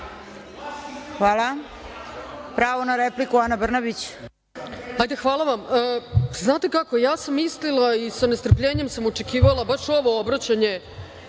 Ana Brnabić. **Ana Brnabić** Hajde, hvala vam. Znate kako, ja sam mislila i sa nestrpljenjem sam očekivala baš ovo obraćanje